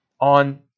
on